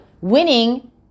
Winning